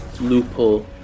loophole